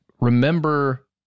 remember